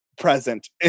Present